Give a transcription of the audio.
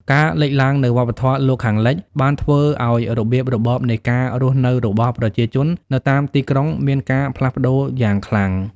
ការលេចឡើងនូវវប្បធម៌លោកខាងលិចបានធ្វើឲ្យរបៀបរបបនៃការរស់នៅរបស់ប្រជាជននៅតាមទីក្រុងមានការផ្លាស់ប្តូរយ៉ាងខ្លាំង។